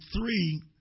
three